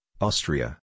Austria